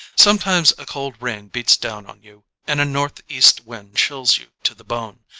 sometimes a cold rain beats down on you and a northeast wind chills you to the bone.